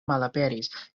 malaperis